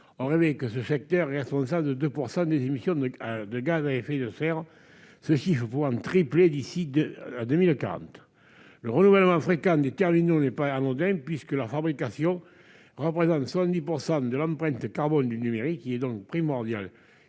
ont révélé que ce secteur est responsable de 2 % des émissions de gaz à effet de serre, ce chiffre pouvant tripler d'ici à 2040. Le renouvellement fréquent des terminaux n'est pas anodin, puisque la fabrication de ceux-ci représente 70 % de l'empreinte carbone du numérique. Il est donc primordial